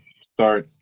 start